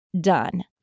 done